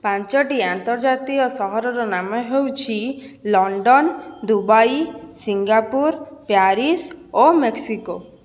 ପାଞ୍ଚଟି ଅନ୍ତର୍ଜାତୀୟ ସହରର ନାମ ହେଉଛି ଲଣ୍ଡନ ଦୁବାଇ ସିଙ୍ଗାପୁର ପ୍ୟାରିସ ଓ ମେକ୍ସିକୋ